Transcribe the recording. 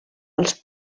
els